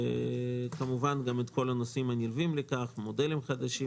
וכמובן גם כל הנושאים הנלווים לכך: מודלים חדשים